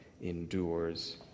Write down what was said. endures